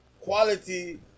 quality